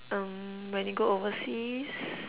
um when you go overseas